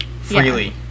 freely